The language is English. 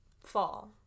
fall